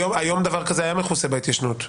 היום דבר כזה היה מכוסה בהתיישנות.